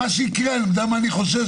אני חושש,